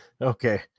Okay